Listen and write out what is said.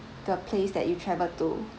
the place that you travel to